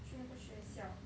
去那个学校